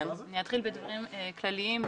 אני אתחיל בדברים כלליים.